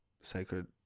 sacred